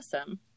Awesome